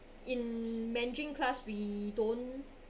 in mandarin class we don't